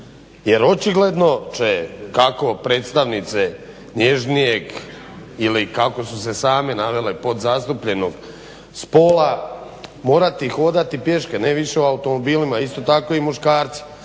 jer očigledno će kako predstavnice nježnijeg ili kako su se same navele podzastupljenog spola morati hodati pješke, ne više automobilima. Isto tako i muškarci